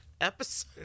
episode